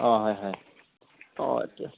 অঁ হয় হয় অঁ এত